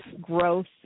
growth